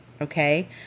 okay